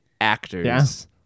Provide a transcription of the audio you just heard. actors